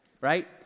right